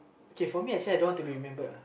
okay for me I say I don't want to be remembered uh